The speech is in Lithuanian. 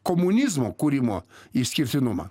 komunizmo kūrimo išskirtinumą